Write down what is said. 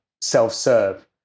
self-serve